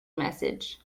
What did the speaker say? message